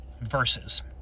verses